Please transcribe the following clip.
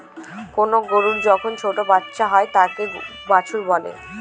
কোনো গরুর যখন ছোটো বাচ্চা হয় তাকে বাছুর বলে